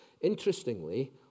interestingly